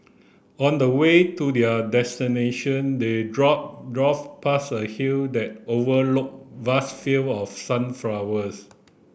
on the way to their destination they drove drove past a hill that overlook vast field of sunflowers